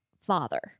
father